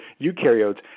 eukaryotes